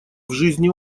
жизни